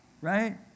right